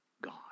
God